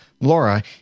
Laura